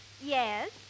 Yes